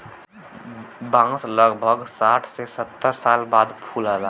बांस लगभग साठ से सत्तर साल बाद फुलला